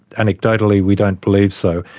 anecdotally we don't believe so.